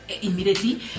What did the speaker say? immediately